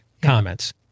comments